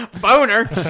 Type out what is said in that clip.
Boner